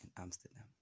Amsterdam